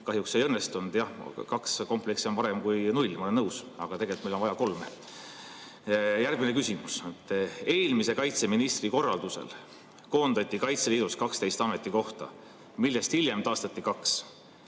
Kahjuks see ei õnnestunud, jah. Kaks kompleksi on parem kui null, ma olen nõus, aga tegelikult on meil vaja kolme. Järgmine küsimus. Eelmise kaitseministri korraldusel koondati Kaitseliidus 12 ametikohta, millest hiljem taastati 2.